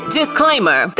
Disclaimer